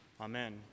Amen